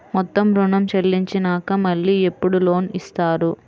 మొత్తం ఋణం చెల్లించినాక మళ్ళీ ఎప్పుడు లోన్ ఇస్తారు?